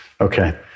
okay